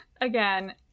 again